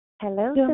Hello